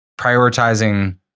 prioritizing